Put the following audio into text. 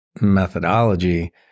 methodology